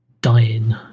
dying